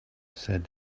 said